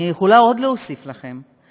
אני יכולה עוד להוסיף לכם,